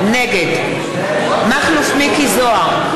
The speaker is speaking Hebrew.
נגד מכלוף מיקי זוהר,